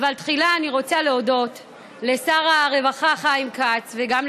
אנחנו עוברים להצעת חוק אימוץ ילדים (תיקון,